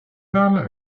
parle